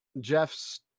Jeff's